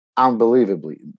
Unbelievably